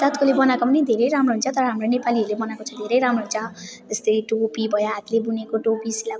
जातकोले बनाएको पनि धेरै राम्रो हुन्छ तर हाम्रो नेपालीहरूले बनाएको चाहिँ धेरै राम्रो हुन्छ त्यस्तै टोपी भयो हातले बुनेको टोपी सिलाएको